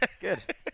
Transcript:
Good